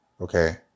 Okay